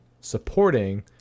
supporting